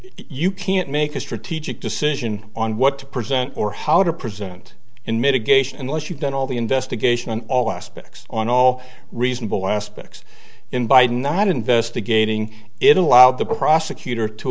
you can't make a strategic decision on what to present or how to present in mitigation unless you've done all the investigation on all aspects on all reasonable aspects in by not investigating it allowed the prosecutor to